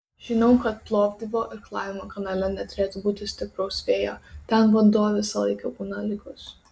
žinau kad plovdivo irklavimo kanale neturėtų būti stipraus vėjo ten vanduo visą laiką būna lygus